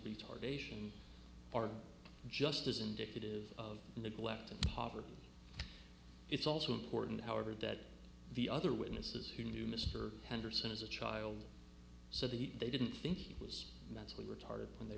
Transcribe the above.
retardation are just as indicative of neglect and poverty it's also important however that the other witnesses who knew mr henderson as a child so that they didn't think he was mentally retarded when they